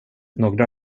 några